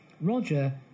roger